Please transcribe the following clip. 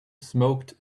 smoked